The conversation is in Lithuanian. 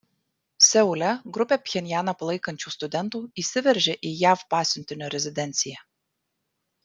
seule grupė pchenjaną palaikančių studentų įsiveržė į jav pasiuntinio rezidenciją